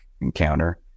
encounter